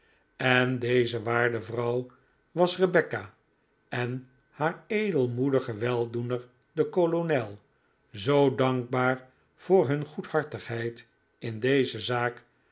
en deze waarde vrouw was rebecca en haar edelmoedigen weldoener den kolonel zoo dankbaar voor hun goedhartigheid in deze zaak